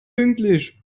pünktlich